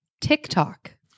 TikTok